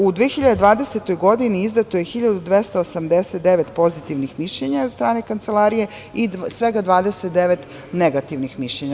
U 2020. godini izdato je 1.289 pozitivnih mišljenja od strane Kancelarije i svega 29 negativnih mišljenja.